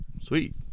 Sweet